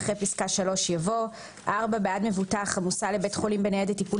אחרי פסקה (3) יבוא: "(4)בעד מבוטח המוסע לבית חולים בניידת טיפול